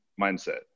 mindset